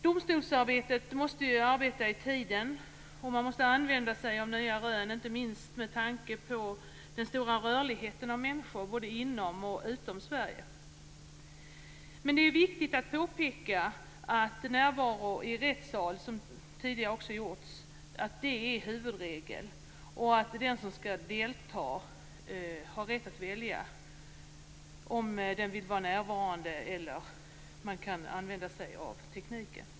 Domstolarna måste arbeta i tiden och använda sig av nya rön, inte minst med tanke på människors stora rörlighet, både inom och utom Sverige. Det är dock viktigt att påpeka att närvaro i rättssal är huvudregeln. Den som skall delta har rätt att välja om han vill vara närvarande eller använda sig av tekniken.